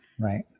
Right